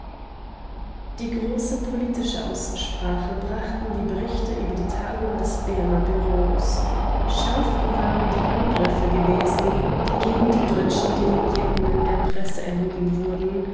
die große politische aussprache brachten die berichte über die tagung des berner bureaus scharf waren die angriffe gewesen die gegen die deutschen delegierten in der presse erhoben wurden